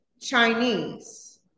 Chinese